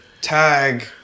tag